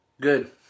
Good